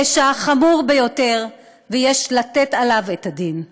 פשע חמור ביותר, ויש לתת עליו את הדין.